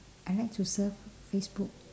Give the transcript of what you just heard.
I like to surf facebook